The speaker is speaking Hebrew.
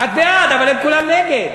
את בעד, אבל הם כולם נגד,